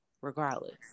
regardless